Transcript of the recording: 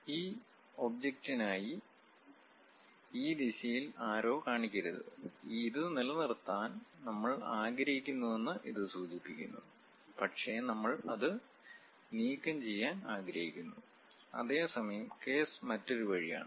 ഈ ഒബ്ജക്റ്റിനായി ഈ ദിശയിൽ ആരോ കൾ കാണിക്കരുത് ഇത് നിലനിർത്താൻ നമ്മൾ ആഗ്രഹിക്കുന്നുവെന്ന് ഇത് സൂചിപ്പിക്കുന്നു പക്ഷേ നമ്മൾ അത് നീക്കംചെയ്യാൻ ആഗ്രഹിക്കുന്നു അതേസമയം കേസ് മറ്റൊരു വഴിയാണ്